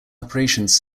operations